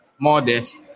modest